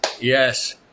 yes